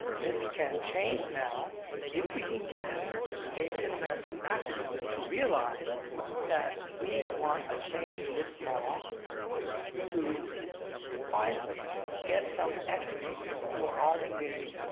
this can change now if we can get asian american activism to realize that we want a change in this law to finally get some equity for our community,